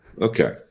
Okay